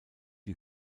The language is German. die